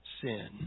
sin